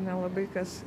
nelabai kas